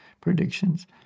predictions